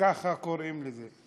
ככה קוראים לזה.